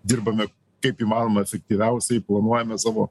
dirbame kaip įmanoma efektyviausiai planuojame savo